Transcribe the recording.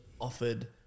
offered